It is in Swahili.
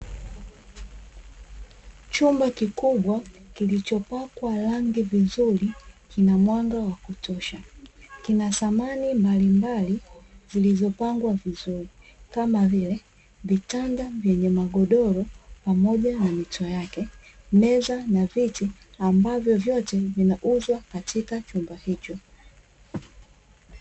Chumba kikubwa kilichopakwa rangi vizuri kinamwanga wa kutosha, kina samani mbalimbali zilizopangwa vizuri kama vile; vitanda vyenye magodoro pamoja na mito yake, meza na viti ambavyo vyote vinauzwa katika chumba hicho.